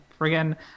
friggin